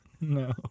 no